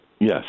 Yes